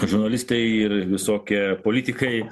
žurnalistai ir visokie politikai